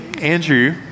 Andrew